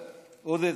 עודד,